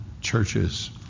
churches